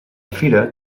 fira